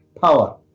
power